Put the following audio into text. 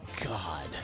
God